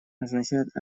означает